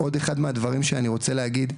עוד אחד מהדברים שאני רוצה להגיד,